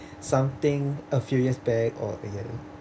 something a few years back or a year